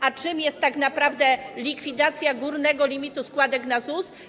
A czym jest tak naprawdę likwidacja górnego limitu składek na ZUS?